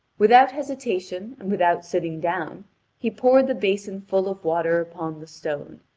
without hesitation and without sitting down he poured the basin full of water upon the stone,